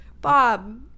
Bob